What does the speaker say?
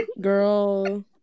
Girl